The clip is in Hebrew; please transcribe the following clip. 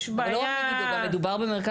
זה לא רק כלא מגידו,